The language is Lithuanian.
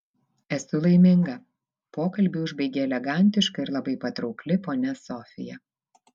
esu laiminga pokalbį užbaigė elegantiška ir labai patraukli ponia sofija